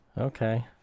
Okay